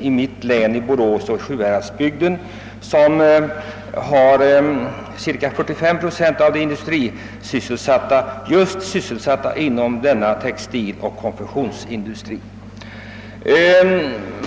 i mitt hemlän i boråsområdet och sjuhäradsbygden, där cirka 45 procent av de industrianställda är sysselsatta inom just denna bransch.